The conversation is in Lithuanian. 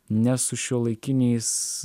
ne su šiuolaikiniais